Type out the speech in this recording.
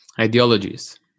Ideologies